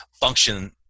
function